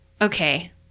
Okay